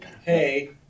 Hey